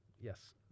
yes